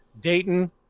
Dayton